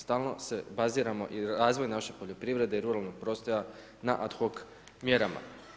Stalno se baziramo i razvoj naše poljoprivrede i ruralnog prostora je na ad hoc mjerama.